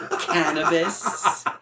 Cannabis